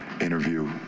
interview